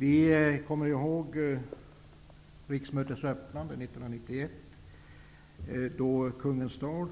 Vi kommer ihåg riksmötets öppnande 1991, då kungens tal